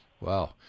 Wow